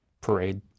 parade